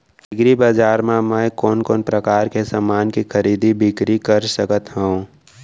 एग्रीबजार मा मैं कोन कोन परकार के समान के खरीदी बिक्री कर सकत हव?